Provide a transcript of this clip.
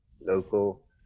local